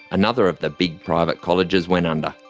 another of the big private colleges went under.